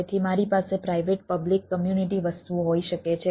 તેથી મારી પાસે પ્રાઇવેટ પબ્લિક કમ્યુનિટી વસ્તુઓ હોઈ શકે છે